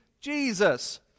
Jesus